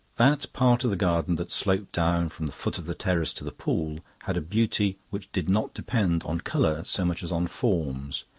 that part of the garden that sloped down from the foot of the terrace to the pool had a beauty which did not depend on colour so much as on forms.